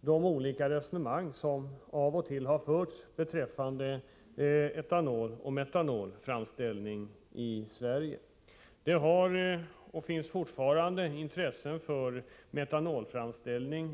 de olika resonemang som av och till förts beträffande etonoloch metanolframställning i Sverige. Det har funnits, och det finns fortfarande, ett intresse för metanolframställning.